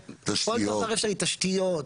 תשתיות.